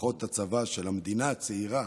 כוחות הצבא של המדינה הצעירה,